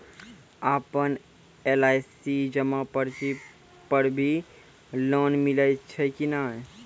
आपन एल.आई.सी जमा पर्ची पर भी लोन मिलै छै कि नै?